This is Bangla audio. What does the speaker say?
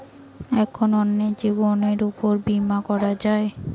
কখন অন্যের জীবনের উপর বীমা করা যায়?